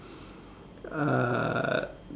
uh